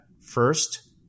first